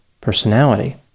personality